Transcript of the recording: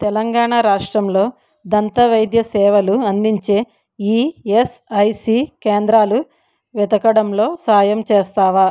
తెలంగాణా రాష్ట్రంలో దంతవైద్య సేవలు అందించే ఇఎస్ఐసి కేంద్రాలు వెతుకడంలో సాయం చేస్తావా